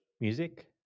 music